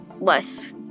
less